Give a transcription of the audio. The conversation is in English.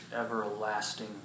everlasting